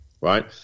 right